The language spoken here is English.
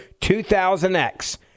2000X